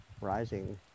rising